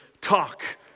talk